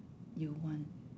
you want